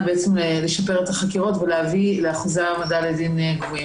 לשפר את החקירות ולהביא לאחוזי העמדה לדין גבוהים.